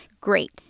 great